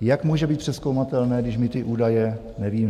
Jak může být přezkoumatelné, když my ty údaje nevíme.